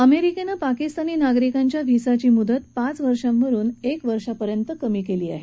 अमेरिकेनं पाकिस्तानी नागरिकांच्या व्हिसाची म्दत पाचवर्षांवरुन एका वर्षापर्यंत कमी केली आहे